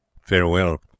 farewell